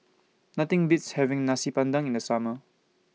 Nothing Beats having Nasi Padang in The Summer